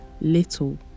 little